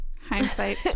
Hindsight